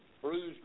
bruised